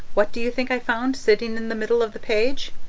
what do you think i found sitting in the middle of the page?